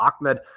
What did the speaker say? Ahmed